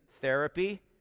therapy